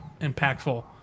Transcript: impactful